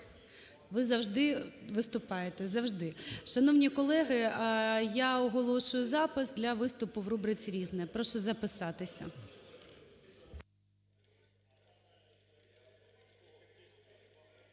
Ви завжди виступаєте, завжди. Шановні колеги, я оголошую запис для виступу в рубриці "Різне". Прошу записатися.